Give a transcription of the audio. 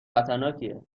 خطرناکیه